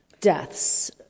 deaths